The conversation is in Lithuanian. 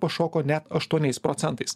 pašoko net aštuoniais procentais